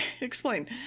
explain